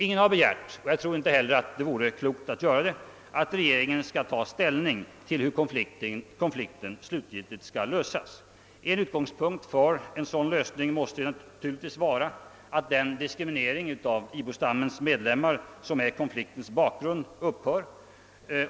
Ingen har begärt, och jag tror inte heller att det vore klokt att göra det, att regeringen skall ta ställning till hur konflikten slutgiltigt skall lösas. Utgångspunkten för en sådan lösning måste naturligtvis vara att den diskriminering av ibostammens medlemmar, som är konfliktens bakgrund, upphör.